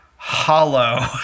hollow